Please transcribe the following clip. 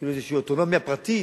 כאילו איזו אוטונומיה פרטית,